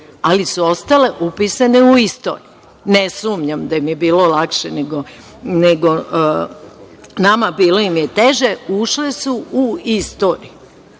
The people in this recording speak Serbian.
ali su ostale upisane u istoriju. Ne sumnjam da im je bilo lakše nego nama. Bilo im je teže. Ušle su u istoriju.